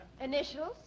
initials